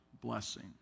blessing